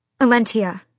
Alentia